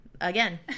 again